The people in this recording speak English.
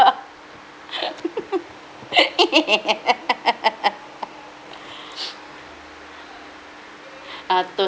uh toast